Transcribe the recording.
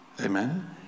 Amen